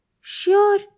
Sure